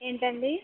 ఏంటండి